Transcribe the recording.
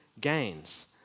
gains